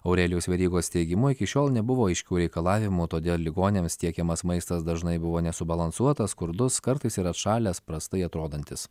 aurelijaus verygos teigimu iki šiol nebuvo aiškių reikalavimų todėl ligoniams tiekiamas maistas dažnai buvo nesubalansuotas skurdus kartais ir atšalęs prastai atrodantis